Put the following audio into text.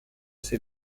ses